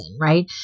Right